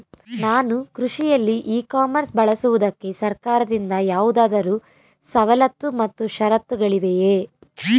ನಾನು ಕೃಷಿಯಲ್ಲಿ ecommerce ಬಳಸುವುದಕ್ಕೆ ಸರ್ಕಾರದಿಂದ ಯಾವುದಾದರು ಸವಲತ್ತು ಮತ್ತು ಷರತ್ತುಗಳಿವೆಯೇ?